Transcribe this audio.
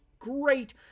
great